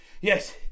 Yes